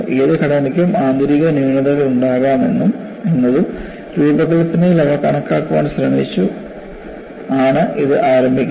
ഏത് ഘടനയ്ക്കും ആന്തരിക ന്യൂനതകൾ ഉണ്ടാകാമെന്നതും രൂപകൽപ്പനയിൽ അവ കണക്കാക്കാൻ ശ്രമിച്ചും ആണ് ഇത് ആരംഭിക്കുന്നത്